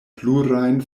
plurajn